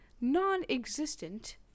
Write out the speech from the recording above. non-existent